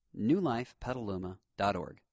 newlifepetaluma.org